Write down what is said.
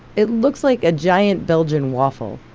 it looks like a giant belgian waffle,